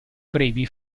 brevi